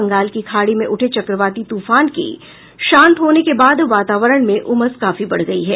बंगाल के खाड़ी में उठे चक्रवाती तूफान के शांत होने के बाद वातावरण में उमस काफी बढ़ गयी है